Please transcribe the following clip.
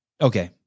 okay